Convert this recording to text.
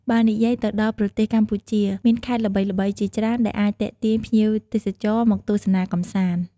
បើនិយាយទៅដល់ប្រទេសកម្ពុជា មានខេត្តល្បីៗជាច្រើនដែលអាចទាក់ទាញភ្ញៀវទេសចរណ៍មកទស្សនាកំសាន្ត។